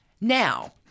Now